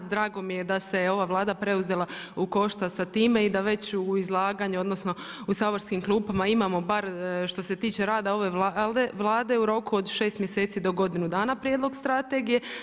Drago mi je da se je ova Vlada preuzela u koštac sa time i da već u izlaganju odnosno u saborskim klupama imamo bar što se tiče rada ove Vlade u roku od 6 mjeseci do godinu dana prijedlog strategije.